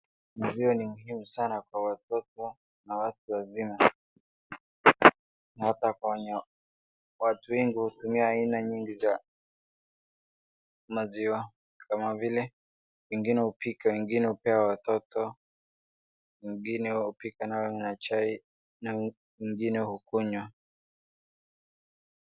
Maziwa ni muhimu sana kwa watoto na watu wazima. Watu wengi hutumia aina nyingi za maziwa kama vile, wengine hupika, wengine hupea watoto, wengine hupika nayo chai na wengine hukunywa.